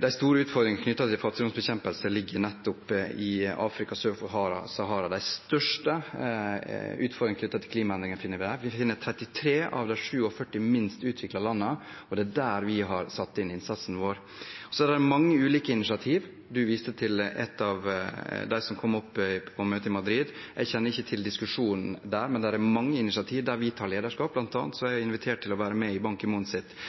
de store utfordringene knyttet til fattigdomsbekjempelse ligger nettopp i Afrika sør for Sahara. De største utfordringene knyttet til klimaendringene finner vi der. Vi finner 33 av de 47 minst utviklede landene der, og det er der vi har satt inn innsatsen vår. Så er det mange ulike initiativ. Representanten viste til ett av dem, som kom opp på møtet i Madrid. Jeg kjenner ikke til diskusjonen der, men det er mange initiativ der vi tar lederskap. Blant annet er jeg invitert til å være med i